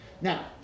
Now